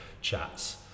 chats